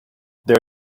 there